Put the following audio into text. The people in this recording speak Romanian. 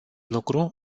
lucru